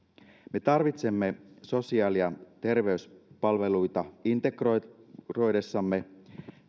me tarvitsemme sosiaali ja terveyspalveluita integroidessamme integroidessamme